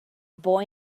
boy